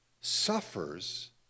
suffers